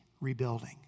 rebuilding